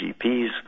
GPs